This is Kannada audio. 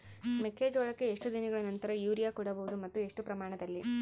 ಮೆಕ್ಕೆಜೋಳಕ್ಕೆ ಎಷ್ಟು ದಿನಗಳ ನಂತರ ಯೂರಿಯಾ ಕೊಡಬಹುದು ಮತ್ತು ಎಷ್ಟು ಪ್ರಮಾಣದಲ್ಲಿ?